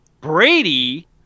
Brady